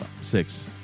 six